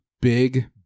big